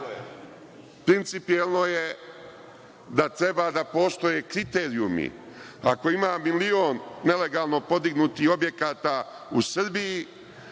Principijelno je da treba da postoje kriterijumi. Ako ima milion nelegalno podignutih objekata u Srbiji,